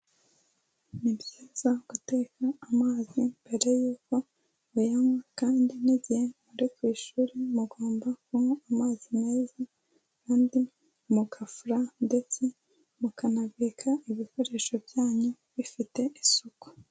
Ni byiza guteka amazi mbere yuko uyanywa kandi n'igihe muri ku ishuri mugomba kunywa amazi meza kandi mugafura ndetse mukanabika ibikoresho byanyu bifite isuku.